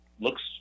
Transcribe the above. looks